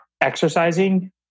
exercising